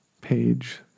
page